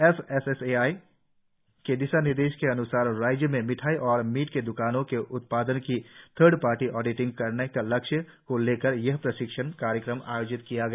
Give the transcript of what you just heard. F S S A I के दिशानिर्देशों के अनुसार राज्य में मिठाई और मीट की द्कानो के उत्पादो की थर्ड पार्टी ऑडिटिंग कराने के लक्ष्य को लेकर यह प्रशिक्षण कार्यक्रम आयोजित किया गया